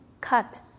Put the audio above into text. cut